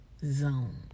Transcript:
zone